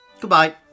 Goodbye